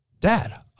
dad